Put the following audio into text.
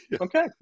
okay